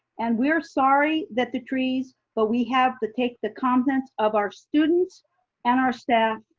and we're sorry that the trees, but we have the take the contents of our students and our staff.